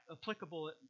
applicable